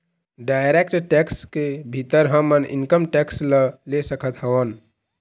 direct tax के भीतर हमन ह इनकम टेक्स ल ले सकत हवँन